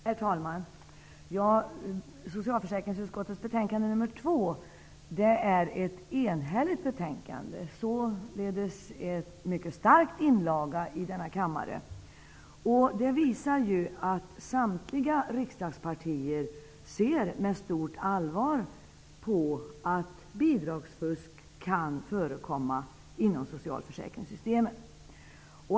Herr talman! Socialförsäkringsutskottets betänkande nr 2 är ett enhälligt betänkande. Således utgör det en mycket stark inlaga. Det visar att samtliga riksdagspartier ser med stort allvar på att det kan förekomma bidragsfusk inom socialförsäkringssystemet.